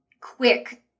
quick